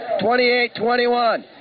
28-21